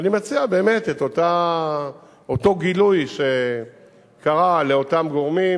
ואני מציע את אותו גילוי שקרה לאותם גורמים,